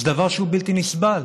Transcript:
זה דבר שהוא בלתי נסבל,